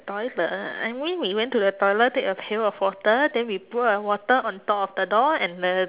toilet I mean we went to the toilet take a pail of water then we put the water on top of the door and the